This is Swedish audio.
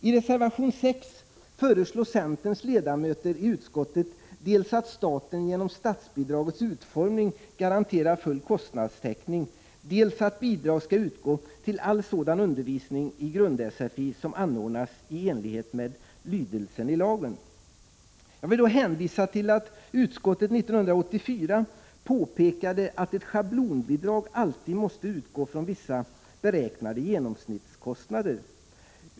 I reservation 6 föreslår centerns ledamöter i utskottet dels att staten genom statsbidragets utformning garanterar full kostnadstäckning, dels att bidrag skall utgå till all sådan undervisning i grund-sfi som anordnas i enlighet med lydelsen i lagen. Jag vill hänvisa till att utskottet 1984 påpekade att ett schablonbidrag alltid måste utgå från vissa beräknade genomsnittskostnader.